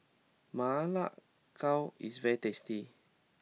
Ma Lai Gao is very tasty